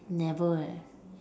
never